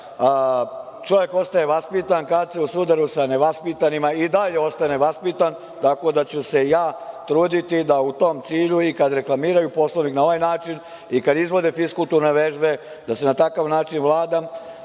Čovek je vaspitan kada u sudaru sa nevaspitanima i dalje ostane vaspitan, tako da ću se ja truditi da u tom cilju, i kad reklamiraju Poslovnik na ovaj način, i kad izvode fiskulturne vežbe, da se na takav način vladam. Bez